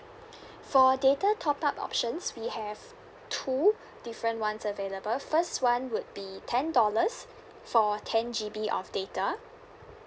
for data top up options we have two different ones available first one would be ten dollars for ten G_B of data